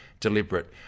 Deliberate